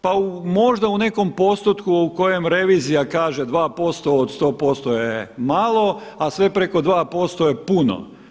Pa možda u nekom postotku u kojem revizija kaže 2% od 100% je malo, a sve preko 2% je puno.